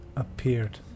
appeared